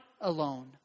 alone